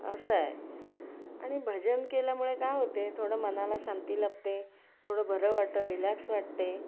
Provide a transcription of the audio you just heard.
असं आहे आणि भजन केल्यामुळे काय होते थोडं मनाला शांती लाभते थोडं बरं वाटतं रिलॅक्स वाटते